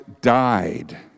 died